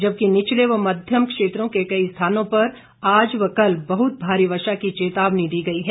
जबकि निचले व मध्यम क्षेत्रों के कई स्थानों पर आज व कल बहुत भारी वर्षा की चेतावनी दी गई है